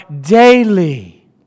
daily